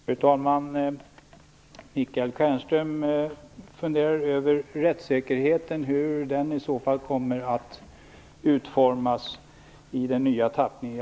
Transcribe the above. Fru talman! Michael Stjernström funderar över hur rättssäkerheten kommer att stärkas i den nya tappningen.